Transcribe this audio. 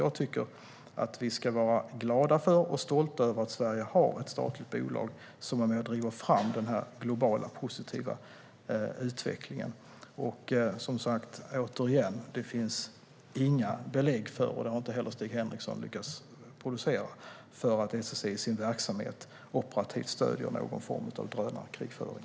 Jag tycker att vi ska vara glada för och stolta över att Sverige har ett statligt bolag som har varit med och drivit fram den positiva globala utvecklingen. Det finns inga belägg för, och det har inte heller Stig Henriksson lyckats producera, att SSC i sin verksamhet operativt stöder någon form av drönarkrigföring.